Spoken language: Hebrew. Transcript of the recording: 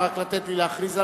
רבותי חברי הכנסת,